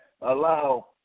allow